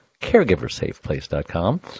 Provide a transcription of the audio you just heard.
caregiversafeplace.com